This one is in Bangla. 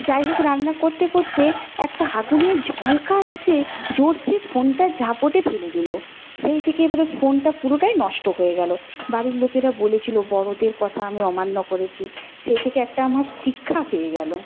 যাইহোক রান্না করতে করতে একটা আগুনের ঝলকা এসে জোরসে ফোনটা ঝাপটে ফেলে দিল সেই থেকে এবারে ফোনটা পুরোটাই নষ্ট হয়ে গেলো বাড়ির লোকেরা বলেছিলো বড়দের কথা আমি অমান্য করেছি সেই থেকে একটা আমার শিক্ষা হয়ে গেল